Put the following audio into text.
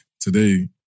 today